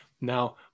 Now